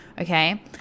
okay